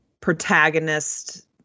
protagonist